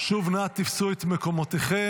שוב, נא תפסו את מקומותיכם.